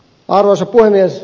arvoisa puhemies